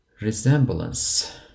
resemblance